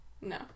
No